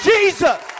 Jesus